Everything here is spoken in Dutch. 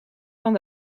van